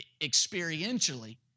experientially